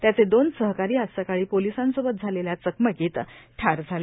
त्याचे दोन सहकारी आज सकाळी पोलीसांसोबत झालेल्या चकमकीत ठार झाले